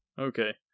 Okay